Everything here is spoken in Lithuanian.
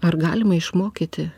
ar galima išmokyti